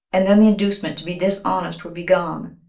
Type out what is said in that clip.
and then the inducement to be dishonest would be gone.